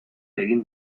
egin